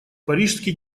парижский